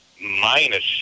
minus